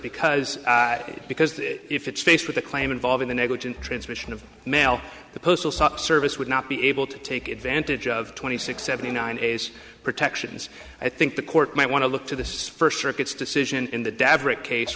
because because if it's faced with a claim involving the negligent transmission of mail the postal stop service would not be able to take advantage of twenty six seventy nine is protections i think the court might want to look to the first circuit's decision in the davray case